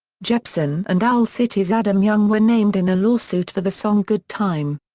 jepsen and owl city's adam young were named in a lawsuit for the song good time.